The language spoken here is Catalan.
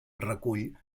recull